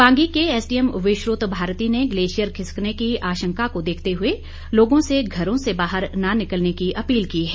पांगी के एसडीएम विश्नुत भारती ने ग्लेशियर खिसकने की आशंका को देखते हुए लोगों से घरों से बाहर न निकलने की अपील की है